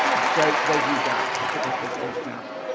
does does use that protective face mask.